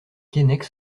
keinec